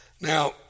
Now